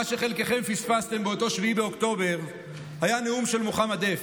מה שחלקכם פספסתם באותו 7 באוקטובר היה נאום של מוחמד דף.